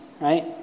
right